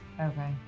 Okay